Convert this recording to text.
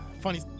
Funny